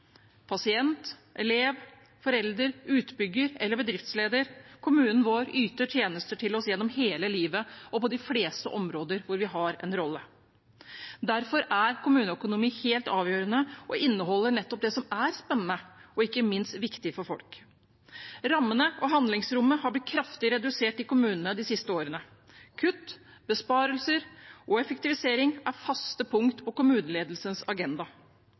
Pasient, elev, forelder, utbygger eller bedriftsleder – kommunen vår yter tjenester til oss gjennom hele livet og på de fleste områder hvor vi har en rolle. Derfor er kommuneøkonomi helt avgjørende og inneholder nettopp det som er spennende og ikke minst viktig for folk. Rammene og handlingsrommet har blitt kraftig redusert i kommunene de siste årene. Kutt, besparelser og effektivisering er faste punkter på kommuneledelsens agenda.